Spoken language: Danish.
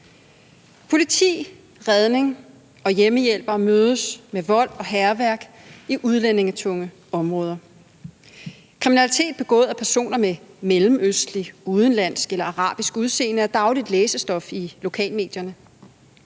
politi, redningsfolk og hjemmehjælpere mødes med vold og hærværk i udlændingetunge områder; kriminalitet begået af personer med mellemøstligt, udenlandsk eller arabisk udseende er dagligt læsestof i lokalmedierne.